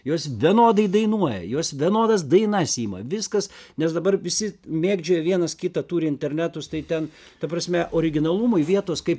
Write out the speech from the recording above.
jos vienodai dainuoja jos vienodas dainas ima viskas nes dabar visi mėgdžioja vienas kitą turi internetus tai ten ta prasme originalumui vietos kaip